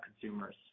consumers